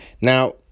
Now